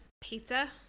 pizza